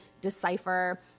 decipher